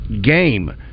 game